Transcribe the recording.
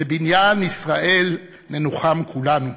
בבניין ישראל ננוחם כולנו.